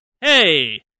hey